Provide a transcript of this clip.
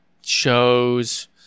shows